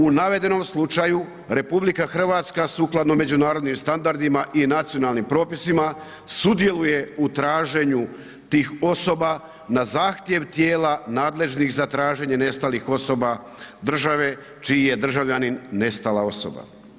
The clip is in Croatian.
U navedenom slučaju RH sukladno međunarodnim standardima i nacionalnim propisima sudjeluje u traženju tih osoba na zahtjev tijela nadležnih za traženje nestalih osoba države čiji je državljanin nestala osoba.